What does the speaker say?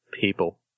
People